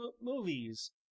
movies